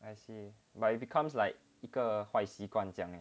I see but it becomes like 一个坏习惯这样